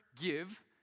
give